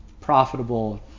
profitable